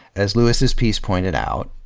as lewis's piece pointed out,